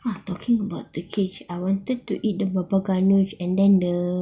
!wah! talking about the cage I wanted to eat the baba ghanoush and then the